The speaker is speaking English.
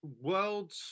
World